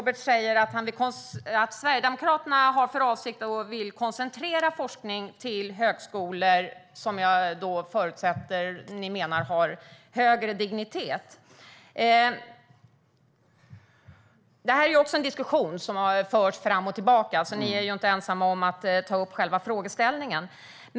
Han säger att Sverigedemokraterna vill koncentrera forskning till högskolor som har högre dignitet, som jag förutsätter att ni menar. Detta är en diskussion som har förts fram och tillbaka, så ni är inte ensamma om att ta upp själva frågeställningen.